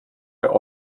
wir